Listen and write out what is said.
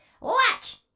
Watch